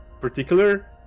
particular